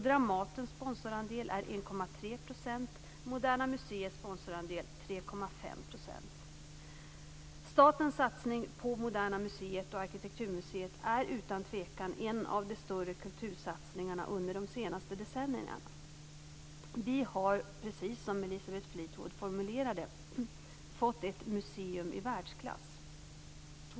Dramatens sponsorandel är 1,3 %, och Statens satsning på Moderna museet och Arkitekturmuseet är utan tvekan en av de större kultursatsningarna under de senaste decennierna. Vi har, precis som Elisabeth Fleetwood formulerar det, fått ett museum i världsklass.